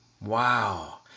Wow